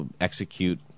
execute